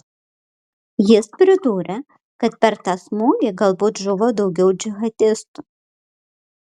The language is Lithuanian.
jis pridūrė kad per tą smūgį galbūt žuvo daugiau džihadistų